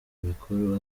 mikuru